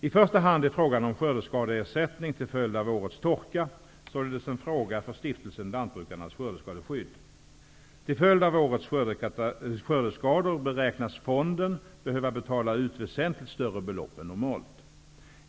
I första hand är frågan om skördeskadeersättningar till följd av årets torka således en fråga för Stiftelsen lantbrukarnas skördeskadeskydd. Till följd av årets skördeskador beräknas fonden behöva betala ut väsentligt större belopp än normalt.